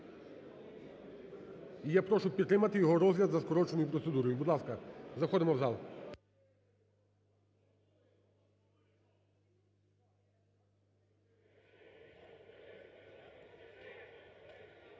я прошу підтримати його розгляд за скороченою процедурою. Будь ласка, заходимо в зал.